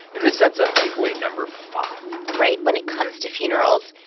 and this sets up takeaway number five right. when it comes to funerals,